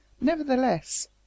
Nevertheless